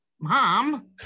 mom